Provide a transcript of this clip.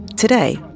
Today